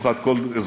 לרווחת כל אזרחיה.